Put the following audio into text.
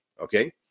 Okay